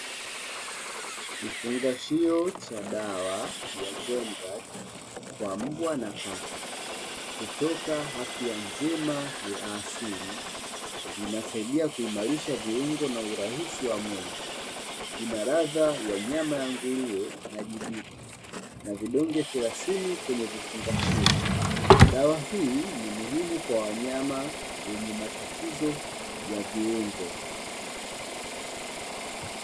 Kifungashio cha dawa ya chenga kwa mbwa na paka, kutoka afya njema ya asili; inasaidia kuimarisha viungo na urahisi wa mwendo. Ina ladha ya nyama ya nguruwe na jibini, na vidonge thelathini kwenye vifungashio. Dawa hii ni muhimu kwa wanyama wenye matatizo ya viungo.